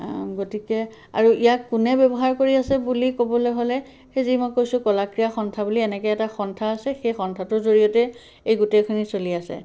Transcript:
গতিকে আৰু ইয়াক কোনে ব্যৱহাৰ কৰি আছে বুলি ক'বলৈ হ'লে সেই যি মই কৈছোঁ কলাক্ৰীড়া সন্থা বুলি এনেকৈ এটা সন্থা আছে সেই সন্থাটোৰ জড়িয়তে এই গোটেইখিনি চলি আছে